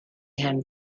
him